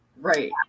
Right